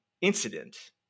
incident